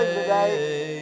today